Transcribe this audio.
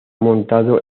montado